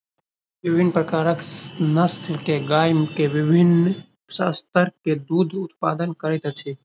विभिन्न प्रकारक नस्ल के गाय के विभिन्न स्तर के दूधक उत्पादन करैत अछि